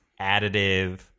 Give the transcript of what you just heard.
additive